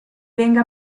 venga